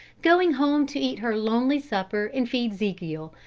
going home to eat her lonely supper and feed zekiel.